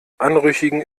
anrüchigen